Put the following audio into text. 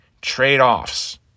trade-offs